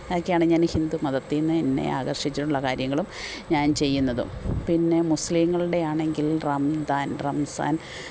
അതൊക്കെയാണ് ഞാനീ ഹിന്ദു മതത്തില്നിന്ന് എന്നെ ആകര്ഷിച്ചിട്ടുള്ള കാര്യങ്ങളും ഞാന് ചെയ്യുന്നതും പിന്നെ മുസ്ലീങ്ങളുടെയാണെങ്കില് റംദാന് റംസാന്